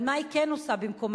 אבל מה היא כן עושה במקומם?